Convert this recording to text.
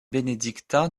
bénédictin